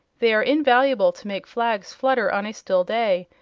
they are invaluable to make flags flutter on a still day,